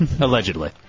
Allegedly